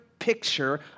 picture